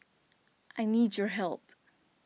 I need your help